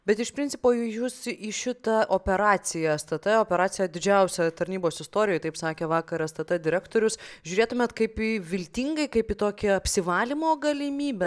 bet iš principo jūs į šitą operaciją stt operaciją didžiausioje tarnybos istorijoj taip sakė vakar stt direktorius žiūrėtumėt kaip į viltingai kaip į tokią apsivalymo galimybę